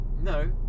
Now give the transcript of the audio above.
no